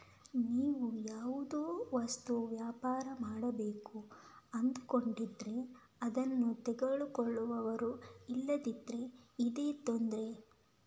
ನೀವು ಯಾವುದೋ ವಸ್ತು ವ್ಯಾಪಾರ ಮಾಡ್ಬೇಕು ಅಂದ್ಕೊಂಡ್ರು ಅದ್ನ ತಗೊಳ್ಳುವವರು ಇಲ್ದಿದ್ರೆ ಇದೇ ತೊಂದ್ರೆ